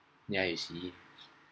yeah you see